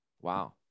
Wow